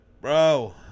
Bro